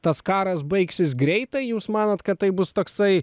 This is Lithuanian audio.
tas karas baigsis greitai jūs manot kad tai bus toksai